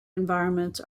environments